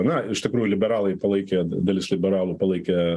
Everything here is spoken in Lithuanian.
na iš tikrųjų liberalai palaikė dalis liberalų palaikė